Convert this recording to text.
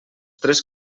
tres